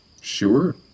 Sure